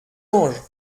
ange